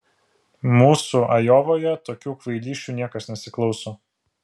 mūsų ajovoje tokių kvailysčių niekas nesiklauso